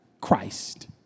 Christ